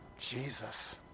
Jesus